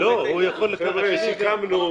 סיכמנו,